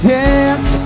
dance